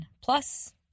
Plus